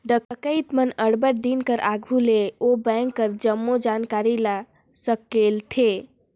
डकइत मन अब्बड़ दिन कर आघु ले ओ बेंक कर जम्मो जानकारी ल संकेलथें